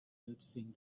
noticing